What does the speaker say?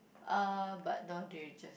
uh but now they just